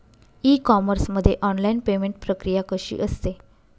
E commerce मध्ये online payment प्रक्रिया कशी असते?